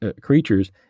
creatures